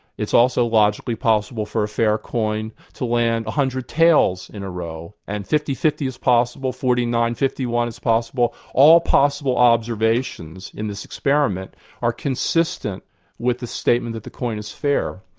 it's also logically possible for a fair coin to land one hundred tails in a row, and fifty fifty is possible, forty nine fifty one is possible, all possible observations in this experiment are consistent with the statement that the coin is fair.